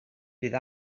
bydd